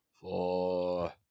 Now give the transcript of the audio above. four